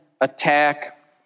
attack